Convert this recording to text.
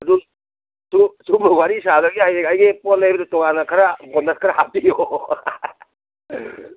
ꯑꯗꯨꯝ ꯁꯤꯒꯨꯝꯕ ꯋꯥꯔꯤ ꯁꯥꯗꯕ ꯌꯥꯏꯌꯦ ꯍꯌꯦꯡ ꯄꯣꯠ ꯂꯩꯕꯗ ꯇꯣꯉꯥꯟꯅ ꯈꯔ ꯕꯣꯅꯨꯁ ꯈꯔ ꯍꯥꯞꯄꯤꯌꯣ